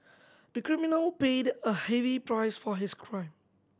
the criminal paid a heavy price for his crime